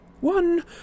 One